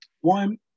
one